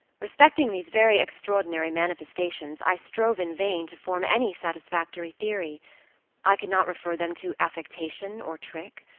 respecting these very extraordinary manifestations i strove in vain to form any satisfactory theory i could not refer them to affectation or trick.